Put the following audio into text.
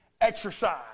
exercise